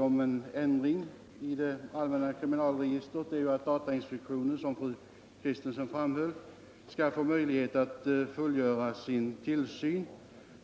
om en ändring i lagen om allmänt kriminalregister är att datainspektionen, som fru Kristensson framhöll, skall få möjlighet att fullgöra sin tillsyn.